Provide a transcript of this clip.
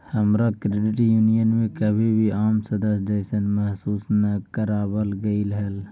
हमरा credit union में कभी भी आम सदस्य जइसन महसूस न कराबल गेलई हल